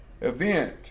event